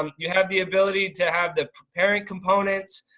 um you have the ability to have the parent components.